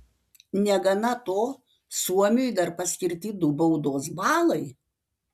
negana to suomiui dar paskirti du baudos balai